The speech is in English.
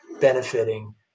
benefiting